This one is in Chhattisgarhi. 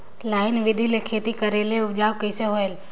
लाइन बिधी ले खेती करेले उपजाऊ कइसे होयल?